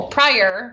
prior